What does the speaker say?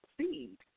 seed